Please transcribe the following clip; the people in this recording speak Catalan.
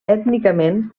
ètnicament